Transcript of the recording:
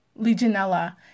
Legionella